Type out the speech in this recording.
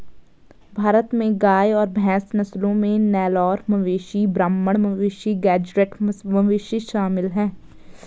भारत में गाय और भैंस नस्लों में नेलोर मवेशी ब्राह्मण मवेशी गेज़रैट मवेशी शामिल है